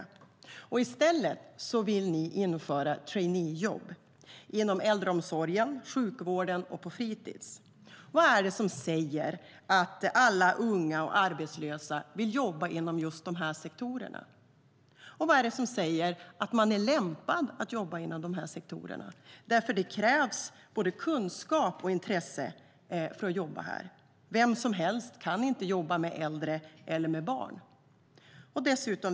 I stället för riktiga jobb vill regeringen införa så kallade traineejobb inom äldreomsorgen, sjukvården och på fritids. Vad är det som säger att alla unga och arbetslösa vill jobba inom just de här sektorerna? Vad är det som säger att man är lämpad för att jobba inom dessa sektorer? Det krävs både kunskap och intresse för att jobba inom de sektorerna. Vem som helst kan inte jobba med äldre eller med barn.